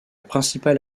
principale